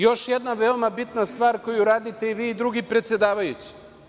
Još jedna veoma bitna stvar koju radite i vi i drugi predsedavajući.